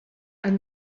han